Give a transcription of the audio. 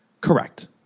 Correct